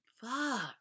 Fuck